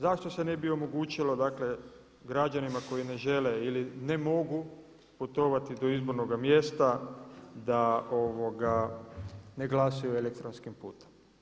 Zašto se ne bi omogućilo građanima koji ne žele ili ne mogu putovati do izbornoga mjesta da ne glasuju elektronskim putem?